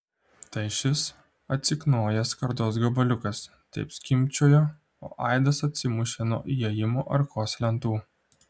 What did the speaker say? tai šis atsiknojęs skardos gabaliukas taip skimbčiojo o aidas atsimušė nuo įėjimo arkos lentų